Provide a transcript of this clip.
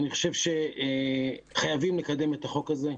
אני חושב שחייבים לקדם את החוק הזה,